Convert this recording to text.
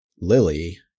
Lily